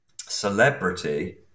celebrity